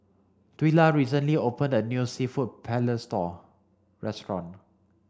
Twila recently opened a new Seafood Paella restaurant